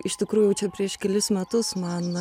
iš tikrųjų čia prieš kelis metus man